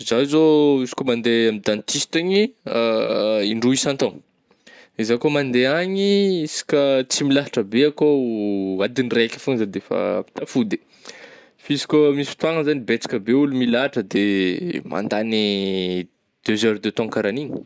Zah zô isaka mandeha amin'ny dentiste agny, in-droa isan-taogna, za kô mandeha agny ih, isaka tsy milahatra be akao adign'iraika fô zah defa tafody, f'izy kao misy fotoagna zany betsaka be ôlo milahatra de eh mandagny deux heures de temps karaha an'igny.